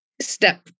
step